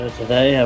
today